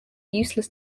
useless